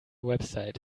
website